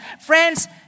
Friends